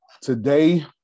Today